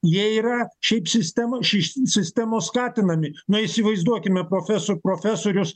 jie yra šiaip sistema ši sistemos skatinami na įsivaizduokime profeso profesorius